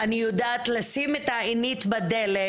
אני יודעת לשים את העינית בדלת,